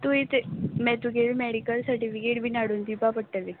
तूंय तें मॅ तुगे मॅडिकल सर्टिफिकेट बीन हाडून दिवपा पडटली